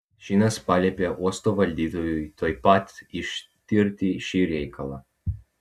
šinas paliepė uosto valdytojui tuoj pat ištirti šį reikalą